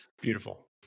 Beautiful